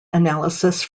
analysis